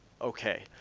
okay